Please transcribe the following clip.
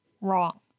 Wrong